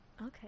okay